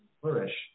flourish